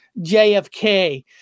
JFK